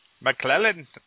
McClellan